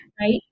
right